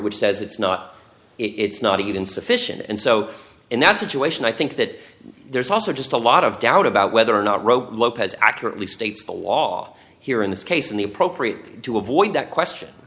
which says it's not it's not even sufficient and so in that situation i think that there's also just a lot of doubt about whether or not wrote lopez accurately states the law here in this case and the appropriate to avoid that question